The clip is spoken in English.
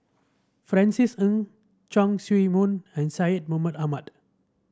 Francis Ng Chong Siew Meng and Syed Mohamed Ahmed